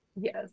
Yes